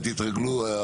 שתתרגלו,